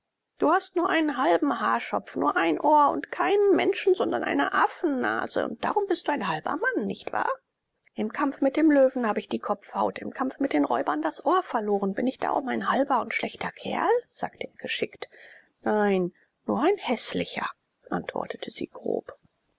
du hast nur einen halben haarschopf nur ein ohr und keine menschen sondern eine affennase und darum bist du ein halber mann nicht wahr im kampf mit dem löwen habe ich die kopfhaut im kampf mit den räubern das ohr verloren bin ich darum ein halber und schlechter kerl sagte er geschickt nein nur ein häßlicher antwortete sie grob